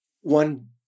one